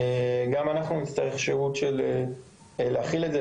גם אנחנו נצטרך שהות כדי להחיל את זה.